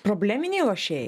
probleminiai lošėjai